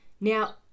Now